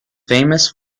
famous